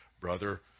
Brother